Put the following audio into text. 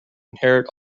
inherit